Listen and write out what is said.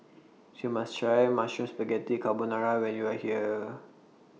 YOU must Try Mushroom Spaghetti Carbonara when YOU Are here